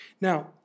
Now